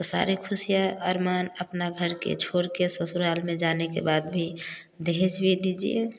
सारे खुशियाँ अरमान अपना घर के छोड़ के ससुराल में जाने के बाद भी दहेज़ भी दीजिए